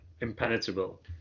impenetrable